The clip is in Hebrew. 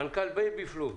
מנכ"ל בייבי פלאג,